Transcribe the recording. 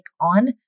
on